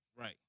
Right